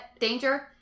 danger